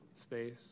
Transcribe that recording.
space